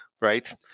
right